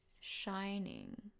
Shining